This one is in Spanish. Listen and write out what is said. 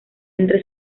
entre